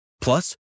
Plus